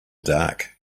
dark